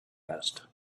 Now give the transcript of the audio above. asked